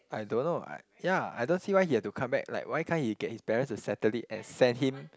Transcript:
I don't know I ya I don't see why he have to come back like why can't he get his parents to settle it and send him